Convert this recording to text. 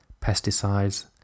pesticides